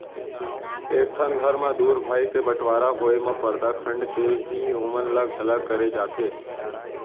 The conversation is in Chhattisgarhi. एक ठन घर म दू भाई के बँटवारा होय म परदा खंड़ के ही ओमन ल अलग करे जाथे